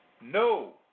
No